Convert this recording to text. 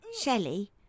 Shelley